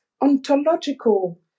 ontological